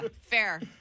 Fair